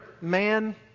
man